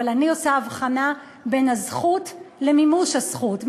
אבל אני עושה הבחנה בין הזכות למימוש הזכות.